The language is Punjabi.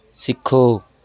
ਸਿੱਖੋ